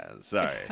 Sorry